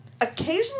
occasionally